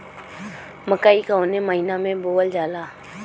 मकई कवने महीना में बोवल जाला?